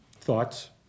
thoughts